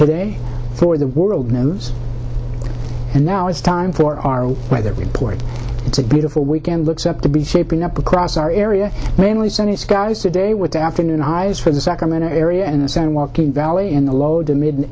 today for the world nose and now it's time for our weather report it's a beautiful weekend looks up to be shaping up across our area mainly senate skies today with the afternoon highs for the sacramento area and the san joaquin valley in the low to mid